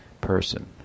person